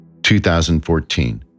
2014